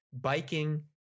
biking